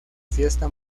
fiesta